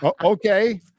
Okay